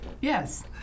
Yes